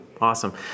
Awesome